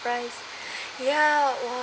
fries ya !wow!